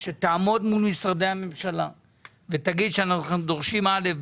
שתעמוד מול משרדי הממשלה ותגיד שדורשים א',